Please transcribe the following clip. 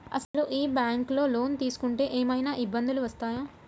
అసలు ఈ బ్యాంక్లో లోన్ తీసుకుంటే ఏమయినా ఇబ్బందులు వస్తాయా?